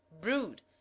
Brood